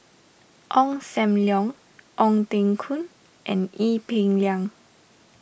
Ong Sam Leong Ong Teng Koon and Ee Peng Liang